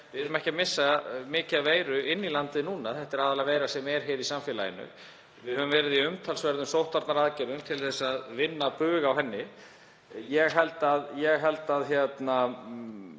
við séum ekki að missa mikið af veiru inn í landið núna. Þetta er aðallega veira sem er í samfélaginu. Við höfum verið í umtalsverðum sóttvarnaaðgerðum til að vinna bug á henni. Ég held að við höfum